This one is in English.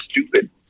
stupid